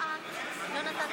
איסור הפסקת